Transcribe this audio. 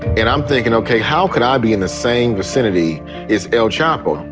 and i'm thinking, ok, how can i be in the same vicinity is el chapo.